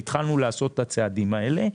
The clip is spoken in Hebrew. והתחלנו לעשות את הצעדים האלה.